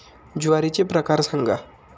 ज्वारीचे प्रकार सांगा